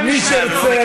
מי שירצה,